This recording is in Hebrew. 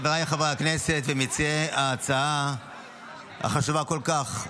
חבריי חברי הכנסת ומציעי ההצעה החשובה כל כך,